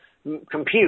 Compute